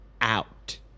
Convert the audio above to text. out